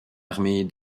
armée